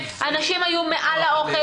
אנשים היו מעל האוכל,